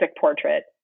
portrait